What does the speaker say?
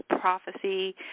Prophecy